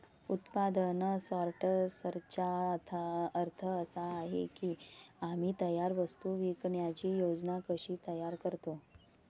उत्पादन सॉर्टर्सचा अर्थ असा आहे की आम्ही तयार वस्तू विकण्याची योजना कशी तयार करतो